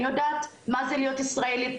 אני יודעת מה זה להיות ישראלית,